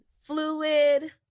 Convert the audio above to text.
fluid